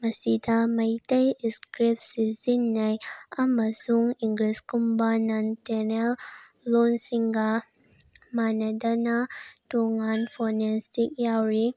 ꯃꯁꯤꯗ ꯃꯩꯇꯩ ꯏꯁꯀ꯭ꯔꯤꯞ ꯁꯤꯖꯤꯟꯅꯩ ꯑꯃꯁꯨꯡ ꯏꯪꯂꯤꯁꯀꯨꯝꯕ ꯅꯟ ꯇꯣꯅꯦꯜ ꯂꯣꯟꯁꯤꯡꯒ ꯃꯥꯟꯅꯗꯅ ꯇꯣꯅꯦꯜ ꯐꯣꯅꯦꯇꯤꯛꯁ ꯌꯥꯎꯔꯤ